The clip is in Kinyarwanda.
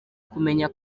kumenya